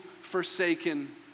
forsaken